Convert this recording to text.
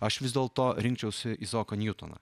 aš vis dėlto rinkčiausi izaoką niutoną